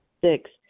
Six